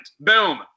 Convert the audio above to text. boom